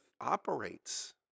operates